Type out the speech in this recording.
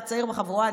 אתה הצעיר בחבורה,